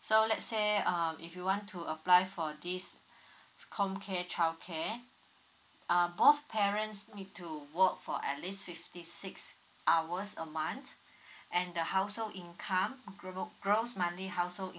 so let's say um if you want to apply for this com care childcare err both parents need to work for at least fifty six hours a month and the household income gross gross monthly household income